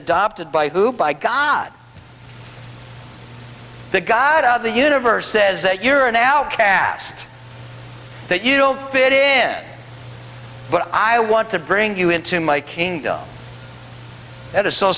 adopted by who by god the god of the universe says that you're an outcast that you'll fit in but i want to bring you into my kingdom that is so